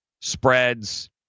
spreads